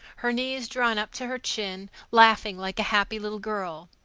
her knees drawn up to her chin, laughing like a happy little girl.